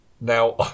now